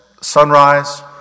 sunrise